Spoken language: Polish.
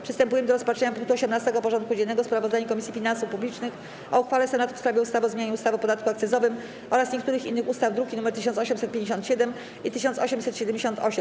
Przystępujemy do rozpatrzenia punktu 18. porządku dziennego: Sprawozdanie Komisji Finansów Publicznych o uchwale Senatu w sprawie ustawy o zmianie ustawy o podatku akcyzowym oraz niektórych innych ustaw (druki nr 1857 i 1878)